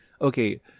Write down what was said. okay